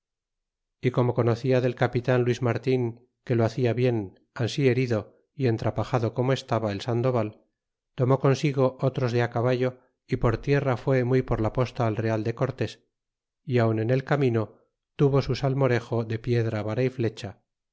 y como conocia del capitan luis marin que lo hacia bien ansi herido y entrapajado como estaba el sandoval tomó consigo otros de caballo y por tierra fué muy por la posta al real de cortés y aun en el camino tuvo su salmorejo de piedra vara y flecha